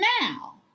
now